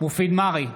מופיד מרעי,